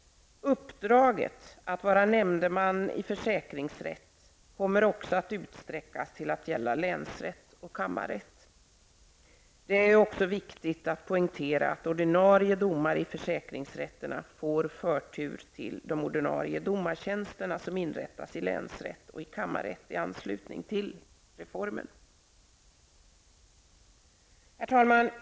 Uppdraget att vara nämndeman i försäkringsrätt kommer också att utsträckas till att gälla länsrätt och kammarrätt. Det är även viktigt att poängtera att ordinarie domare i försäkringsrätterna får förtur till de ordinarie domartjänster som i anslutning till reformen inrättas i länsrätt och kammarrätt. Herr talman!